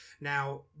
Now